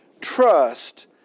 trust